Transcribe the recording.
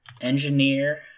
Engineer